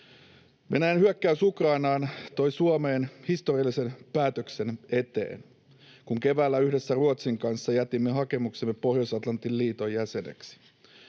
Venäjän hyökkäys Ukrainaan toi Suomen historiallisen päätöksen eteen, kun keväällä yhdessä Ruotsin kanssa jätimme hakemuksemme Pohjois-Atlantin liiton jäseneksi.